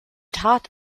tat